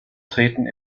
treten